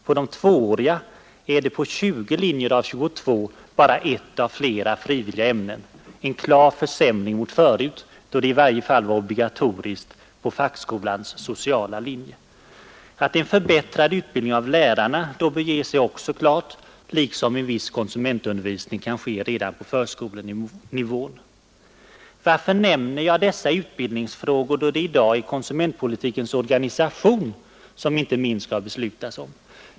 På de tvååriga är det på 20 linjer av 22 bara ett av flera frivilliga ämnen — en klar försämring mot förut, då det i varje fall var obligatoriskt på fackskolans sociala linje. Här måste en ändring ske. Att en förbättrad utbildning av lärarna då bör ges är också klart, liksom att viss konsumentundervisning bör ske redan på förskolenivån. Varför nämner jag dessa utbildningsfrågor då det i dag är konsumentpolitikens organisation m.m. som vi skall besluta om?